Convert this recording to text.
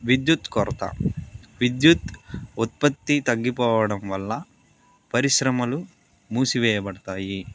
విద్యుత్ కొరత విద్యుత్ ఉత్పత్తి తగ్గిపోవడం వల్ల పరిశ్రమలు మూసివేయబడతాయి